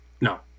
No